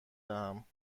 دهم